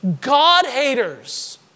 God-haters